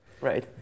Right